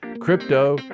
Crypto